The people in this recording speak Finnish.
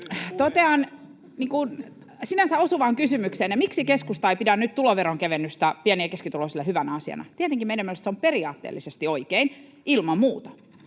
Totean sinänsä osuvaan kysymykseenne siitä, miksi keskusta ei pidä nyt tuloveron kevennystä pieni- ja keskituloisille hyvänä asiana: Tietenkin meidän mielestämme se on periaatteellisesti oikein, ilman muuta.